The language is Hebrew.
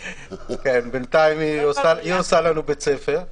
בינתיים היא עושה לנו בית ספר.